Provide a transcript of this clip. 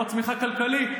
מנוע צמיחה כלכלי,